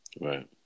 Right